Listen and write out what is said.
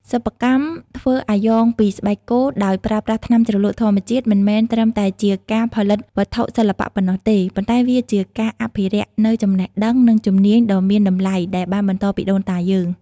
សិប្បកម្មធ្វើអាយ៉ងពីស្បែកគោដោយប្រើប្រាស់ថ្នាំជ្រលក់ធម្មជាតិមិនមែនត្រឹមតែជាការផលិតវត្ថុសិល្បៈប៉ុណ្ណោះទេ ប៉ុន្តែវាជាការអភិរក្សនូវចំណេះដឹងនិងជំនាញដ៏មានតម្លៃដែលបានបន្តពីដូនតាយើង។